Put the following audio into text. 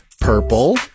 purple